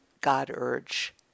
god-urge